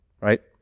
right